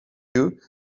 you